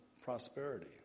prosperity